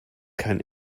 kein